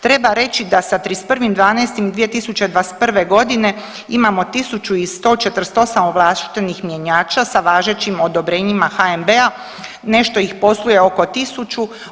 Treba reći da sa 31.12. 2021. godine imamo 1148 ovlaštenih mjenjača sa važećim odobrenjima HNB-a, nešto ih posluje oko 1000.